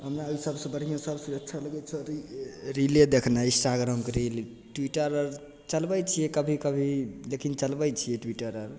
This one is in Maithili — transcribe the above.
हमरा एहि सबसे बढ़िआँ सबसे अच्छा लगै छै ई रील रीले देखने इन्स्टाग्रामके रील ट्विटर आओर चलबै छिए कभी कभी लेकिन चलबै छिए ट्विटर आओर